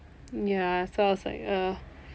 yeah so I was like err